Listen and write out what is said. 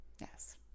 yes